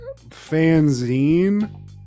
fanzine